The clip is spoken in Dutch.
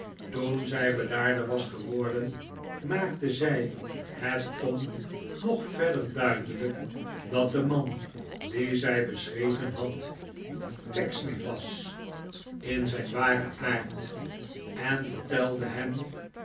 toen zij bedaarder was gewordeh maakte zij het tom nog verder duidelijk dat de man dien zij beschreven had pecksniff was in zijn waren aard en vertelde hem